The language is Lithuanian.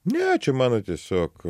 ne čia mano tiesiog